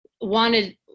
wanted –